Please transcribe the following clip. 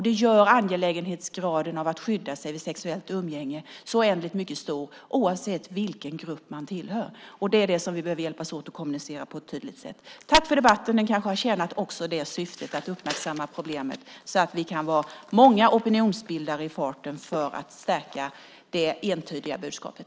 Det gör angelägenhetsgraden att skydda sig vid sexuellt umgänge så oändligt mycket större oavsett vilken grupp man tillhör. Det behöver vi hjälp att kommunicera på ett tydligt sätt. Tack för debatten. Den kanske har tjänat också det syftet att uppmärksamma problemet så att vi kan vara många opinionsbildare i farten för att stärka det entydiga budskapet.